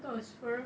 I thought was fur